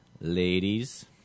ladies